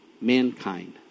mankind